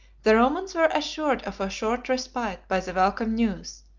the romans were assured of a short respite by the welcome news,